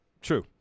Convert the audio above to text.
True